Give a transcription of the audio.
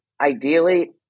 ideally